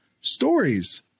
stories